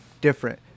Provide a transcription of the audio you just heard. different